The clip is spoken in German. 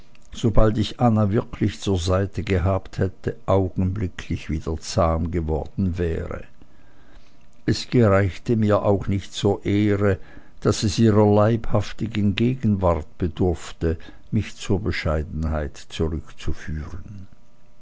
sobald ich anna wirklich zur seite gehabt hätte augenblicklich wieder zahm geworden wäre es gereicht mir auch nicht zur ehre daß es ihrer leibhaften gegenwart bedurfte mich zur bescheidenheit zurückzuführen